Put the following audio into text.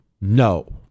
no